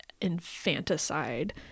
infanticide